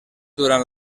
durant